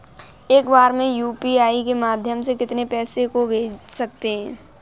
एक बार में यू.पी.आई के माध्यम से कितने पैसे को भेज सकते हैं?